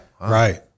right